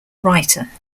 writer